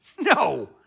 No